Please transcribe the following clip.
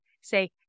say